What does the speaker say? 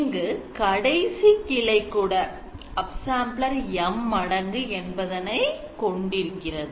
இங்கு கடைசி கிளை கூட upsampler M மடங்கு என்பதனை கொண்டிருக்கிறது